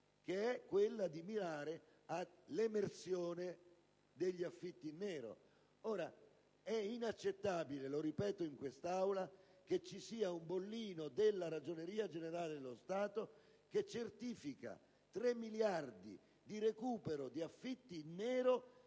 che è quella di mirare all'emersione degli affitti in nero. È inaccettabile, lo ripeto in quest'Aula, che ci sia un bollino della Ragioneria generale dello Stato che certifica 3 miliardi di recupero di affitti in nero